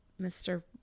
Mr